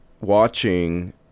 watching